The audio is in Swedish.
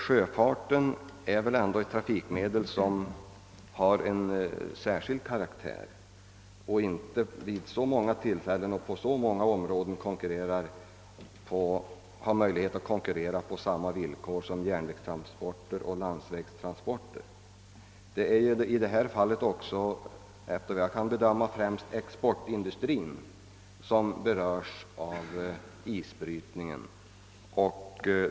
Sjöfarten är väl ändå ett trafikmedel som har on särskild karaktär och inte vid så många tillfällen och på så många områden ar möjlighet att konkurrera med = järnvägstransporter och landsvägstransporter på samma villkor. Det är ju i detta fall också — efter vad jag kan bedöma — främst exportindustrin som berörs av isbrytningen.